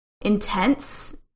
intense